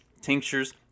tinctures